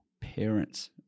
parents